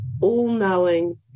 all-knowing